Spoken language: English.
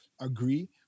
agree